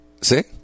See